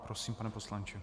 Prosím, pane poslanče.